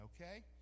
okay